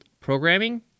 programming